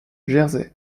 jersey